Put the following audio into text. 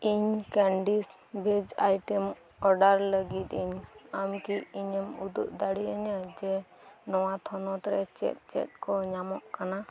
ᱤᱧ ᱠᱟᱱᱰᱤᱥ ᱵᱷᱮᱡᱽ ᱟᱭᱴᱮᱢ ᱚᱰᱟᱨ ᱞᱟᱹᱜᱤᱫ ᱤᱧ ᱟᱢ ᱠᱤ ᱤᱧᱮᱢ ᱩᱫᱩᱜ ᱫᱟᱲᱮᱭᱟᱹᱧᱟᱹ ᱡᱮ ᱱᱚᱣᱟ ᱛᱷᱚᱱᱚᱛ ᱨᱮ ᱪᱮᱫ ᱪᱮᱫ ᱠᱚ ᱧᱟᱢᱚᱜ ᱠᱟᱱᱟ